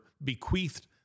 bequeathed